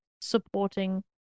supporting